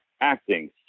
acting